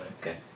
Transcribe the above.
Okay